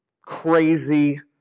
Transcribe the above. crazy